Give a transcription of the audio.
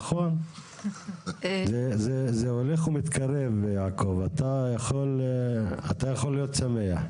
נכון, זה הולך ומתקרב, יעקב, אתה יכול להיות שמח.